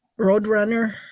Roadrunner